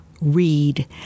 read